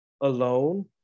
alone